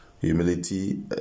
humility